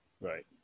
Right